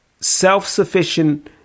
self-sufficient